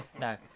No